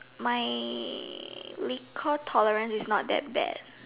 my liquor tolerance is not that bad